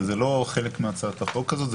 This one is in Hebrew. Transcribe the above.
זה לא חלק מהצעת החוק הזאת.